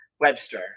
Webster